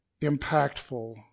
impactful